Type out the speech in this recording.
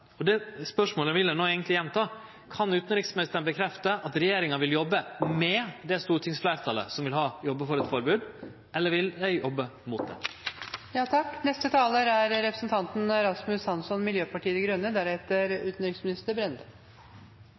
Det spørsmålet vil eg no eigentleg gjenta: Kan utanriksministeren bekrefte at regjeringa vil jobbe med det stortingsfleirtalet som vil jobbe for eit forbod, eller vil regjeringa jobbe mot det? Organisert kriminalitet, terrorisme og cyberkriminalitet er